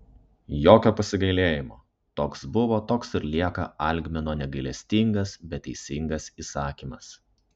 jokio pasigailėjimo toks buvo toks ir lieka algmino negailestingas bet teisingas įsakymas